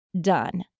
done